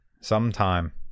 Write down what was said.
sometime